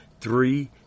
Three